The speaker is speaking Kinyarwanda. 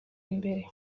imbere